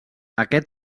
aquest